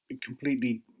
completely